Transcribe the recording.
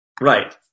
Right